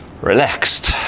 relaxed